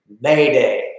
mayday